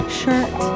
shirt